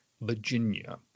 virginia